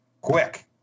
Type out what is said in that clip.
quick